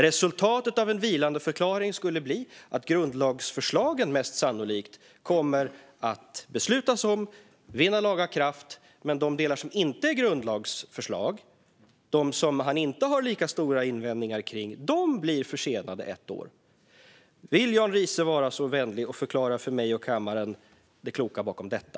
Resultatet av en vilandeförklaring skulle mest sannolikt bli att grundlagsförslagen kommer att beslutas om och vinna laga kraft men att de delar som inte är grundlagsförslag, som han inte har lika stora invändningar mot, blir försenade ett år. Vill Jan Riise vara så vänlig och förklara för mig och kammaren det kloka bakom detta?